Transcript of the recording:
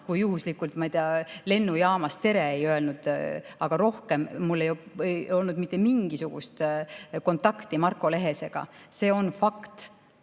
just juhuslikult, ma ei tea, lennujaamas tere ei öelnud. Aga rohkem mul ei olnud mitte mingisugust kontakti Marko Lehesega. See on fakt.